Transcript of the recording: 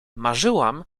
marzyłam